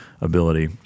ability